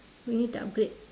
you need to upgrade